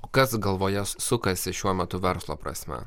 o kas galvoje sukasi šiuo metu verslo prasme